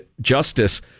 justice